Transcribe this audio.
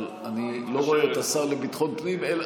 אבל אני לא רואה את השר לביטחון הפנים.